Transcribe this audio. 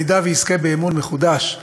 אם יזכה באמון מחודש,